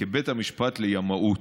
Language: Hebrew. כבית המשפט לימאות,